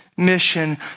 mission